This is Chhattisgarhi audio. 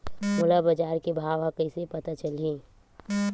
मोला बजार के भाव ह कइसे पता चलही?